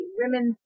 women